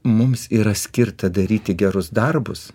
mums yra skirta daryti gerus darbus